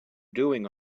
doing